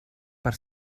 per